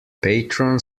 patron